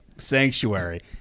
Sanctuary